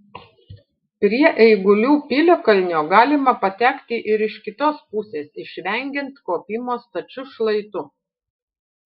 prie eigulių piliakalnio galima patekti ir iš kitos pusės išvengiant kopimo stačiu šlaitu